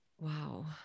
Wow